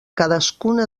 cadascuna